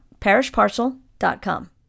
parishparcel.com